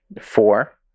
four